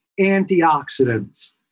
antioxidants